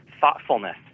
thoughtfulness